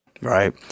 Right